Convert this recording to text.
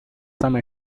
some